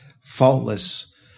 faultless